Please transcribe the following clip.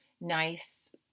nice